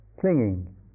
clinging